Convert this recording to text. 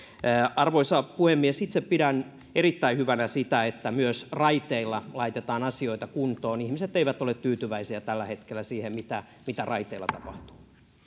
arvoisa puhemies itse pidän erittäin hyvänä sitä että myös raiteilla laitetaan asioita kuntoon ihmiset eivät ole tyytyväisiä tällä hetkellä siihen mitä mitä raiteilla tapahtuu